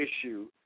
issue